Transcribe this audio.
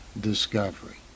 Discovery